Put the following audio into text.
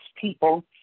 people